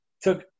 took –